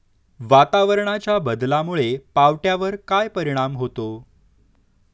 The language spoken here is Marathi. वातावरणाच्या बदलामुळे पावट्यावर काय परिणाम होतो?